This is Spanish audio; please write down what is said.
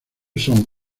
son